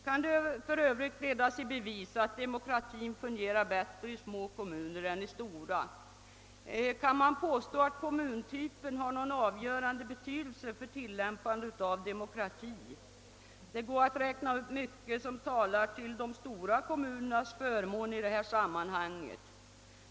Kan det för övrigt ledas i bevis att demokratin fungerar bättre i små kommuner än i stora? Kan man påstå att kommuntypen har någon avgörande betydelse för tillämpandet av demokrati? Det går att räkna upp mycket som talar till de stora kommunernas förmån i detta sammanhang.